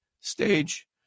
stage